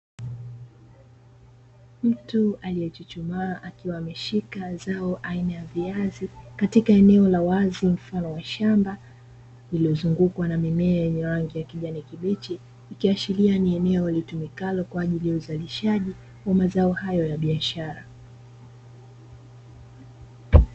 Mtu aliyechuchumaa akiwa ameshika zao aina ya viazi katika eneo la wazi mfano wa shamba, lililozungukwa na mimea yenye rangi ya kijani kibichi. Ikiashiria kuwa ni eneo litumikalo kwa ajili ya uzalishaji wa mazao hayo ya biashara.